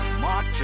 march